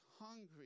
hungry